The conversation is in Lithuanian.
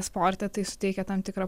sporte tai suteikia tam tikrą